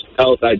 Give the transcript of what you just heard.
health